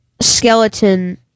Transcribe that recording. skeleton